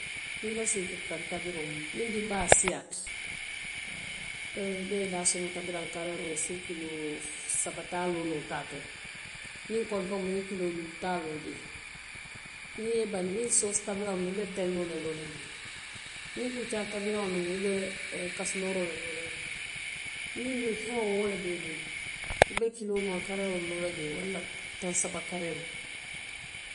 Niŋ i be sinkiri kaŋ tabiroo mu, niŋ dinbaayaalu siita, hee i be daasooma tabiraŋ kaleeroo i si kiloo saba taa loo noo taa to le niŋ kontoŋo i ye kiloo luulu taa loo jee, niŋ i ye i bandii niŋ soosi tabiraŋo mu, i be telloo le loo la jee, niŋ kuccaa tabiraŋo loŋ i kasilooroo le loo la jee, niŋ duŋ hewoo wo le be i bulu i be kiloo muwaŋ kaleeroo walla taŋ saba kaleeroo.